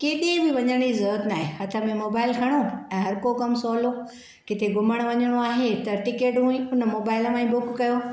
केॾे बि वञण जी ज़रुरत नाहे हथ में मोबाइल खणो ऐं हर को कमु सहूलो किथे घुमण वञणो आहे त टिकटूं ई उन मोबाइल मां ई बुक कयो